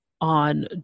on